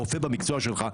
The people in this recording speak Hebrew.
רופא במקצוע שלך,